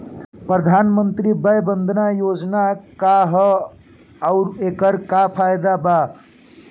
प्रधानमंत्री वय वन्दना योजना का ह आउर एकर का फायदा बा?